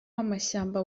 amashyamba